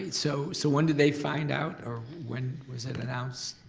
so so when did they find out or when was it announced?